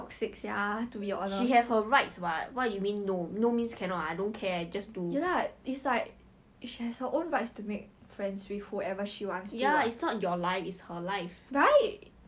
like was it a project I don't know I was talking to him about some history shit then 他不爽我 leh ya 这样就不爽 leh